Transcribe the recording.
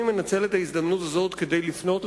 אני מנצל את ההזדמנות הזאת כדי לפנות אל